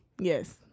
Yes